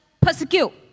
persecute